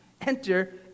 enter